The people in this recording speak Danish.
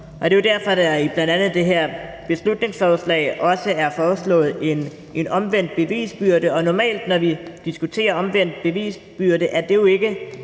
det er jo derfor, der i det her beslutningsforslag bl.a. er foreslået en omvendt bevisbyrde. Normalt, når vi diskuterer omvendt bevisbyrde, er det jo ikke